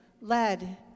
led